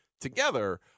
together